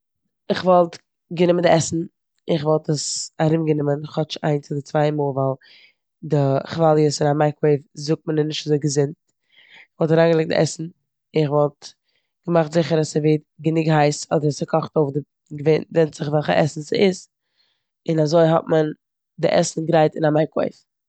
איך וואלט גענומען די עסן און כ'וואלט עס ארומגענומען כאטש איינס אדער צוויי מאל ווייל די כוואליעס פון א מייקראוועיוו זאגט מען אז נישט אזוי געזונט. כ'וואלט אריינגעלייגט די עסן און כ'וואלט געמאכט זיכער אז ס'ווערט גענוג הייס אדער ס'קאכט אויף די- געווע- ווענדט זיך וועלכע עסן ס'איז און אזוי האט מען די עסן גרייט אין א מייקראוועיוו.